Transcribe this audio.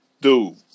dude